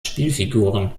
spielfiguren